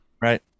Right